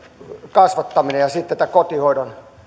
kasvattaminen ja sitten tämä kotihoidon